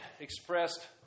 expressed